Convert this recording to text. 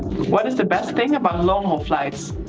what is the best thing about long-haul flights?